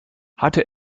hatte